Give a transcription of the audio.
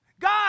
God